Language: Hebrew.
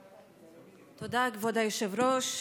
תודה, כבוד היושב-ראש.